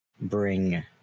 bring